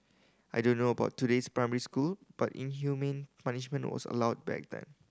I don't know about today's primary school but inhumane punishment was allowed back then